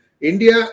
India